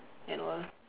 and all